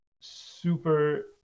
super